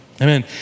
Amen